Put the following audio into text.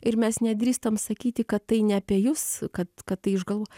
ir mes nedrįstam sakyti kad tai ne apie jus kad kad tai išgalvota